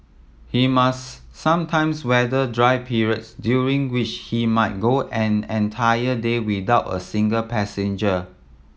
he must sometimes weather dry periods during which he might go an entire day without a single passenger